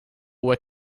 were